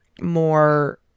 more